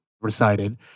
recited